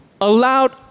allowed